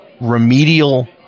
remedial